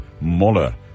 Moller